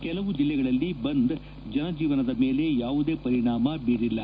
ಕೆಲವು ಜಿಲ್ಲೆಗಳಲ್ಲಿ ಬಂದ್ ಜನಜೀವನದ ಮೇಲೆ ಯಾವುದೇ ಪರಿಣಾಮ ಬೀರಿಲ್ಲ